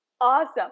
Awesome